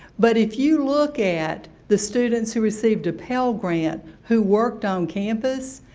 but if you look at the students who received a pell grant who worked on campus,